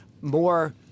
more